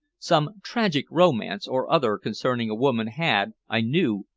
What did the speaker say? some tragic romance or other concerning a woman had, i knew,